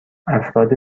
افراد